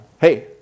hey